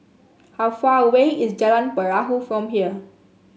how far away is Jalan Perahu from here